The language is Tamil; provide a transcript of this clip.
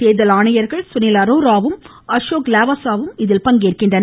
தேர்தல் ஆணையர்கள் சுனில் அரோராவும் அசோக் லாவாசாவும் இதில் பங்கேற்கின்றனர்